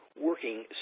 working